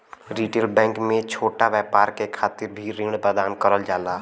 retail bank में छोटा व्यापार के खातिर भी ऋण प्रदान करल जाला